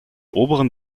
oberen